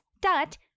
dot